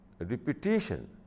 Repetition